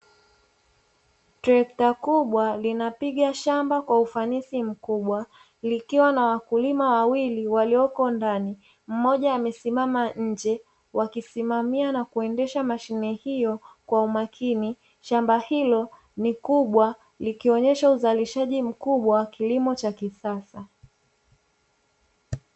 Trekta kubwa linalima shamba kwa ufanisi mkubwa, likiwa na wakulima wawili waliopo ndani, mmoja amesimama nje wakisimama na kusimamia mashine hiyo kwa umakini, shamba hilo ni kubwa likionesha uzalishaji mkubwa wa kilimo cha kisasa.